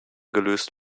gelöst